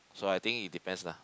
so I think it depends lah